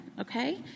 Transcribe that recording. Okay